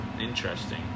Interesting